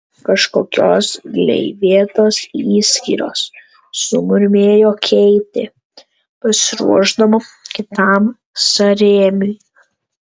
kažkokios gleivėtos išskyros sumurmėjo keitė pasiruošdama kitam sąrėmiui